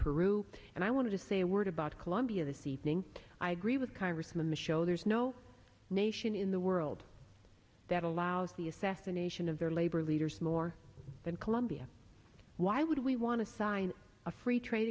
peru and i want to say a word about colombia this evening i agree with congressman michaud there's no nation in the world that allows the assassination of their labor leaders more than colombia why would we want to sign a free trade